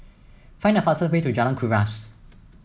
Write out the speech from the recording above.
find the fastest way to Jalan Kuras